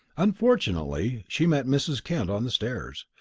unfortunately she met mrs. kent on the stairs,